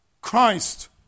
Christ